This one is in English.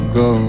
go